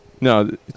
No